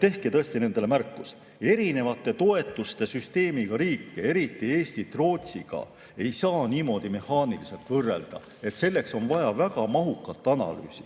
Tehke tõesti nendele märkus. Erineva toetussüsteemiga riike, eriti Eestit Rootsiga, ei saa niimoodi mehaaniliselt võrrelda. Selleks on vaja väga mahukat analüüsi.